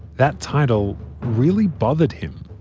that title really bothered him.